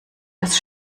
des